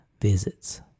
visits